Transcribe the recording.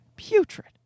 putrid